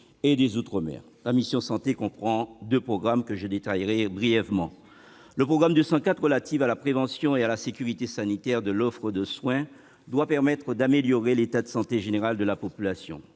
et des outre-mer. La mission « Santé » comprend deux programmes, que je détaillerai brièvement. Le programme 204, « Prévention, sécurité sanitaire et offre de soins », doit permettre d'améliorer l'état de santé général de la population.